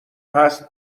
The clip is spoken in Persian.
هست